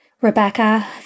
Rebecca